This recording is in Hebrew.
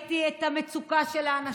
ראיתי את המצוקה של האנשים,